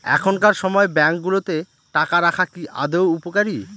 এখনকার সময় ব্যাঙ্কগুলোতে টাকা রাখা কি আদৌ উপকারী?